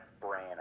brain